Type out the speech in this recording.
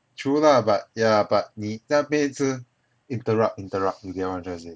true lah but yeah but 你在那边一直 interrupt interrupt you get what I trying to say